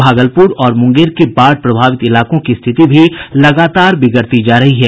भागलपुर और मुंगेर के बाढ़ प्रभावित इलाकों की स्थिति भी लगातार बिगड़ती जा रही है